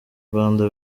rwanda